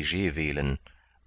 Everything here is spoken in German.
wählen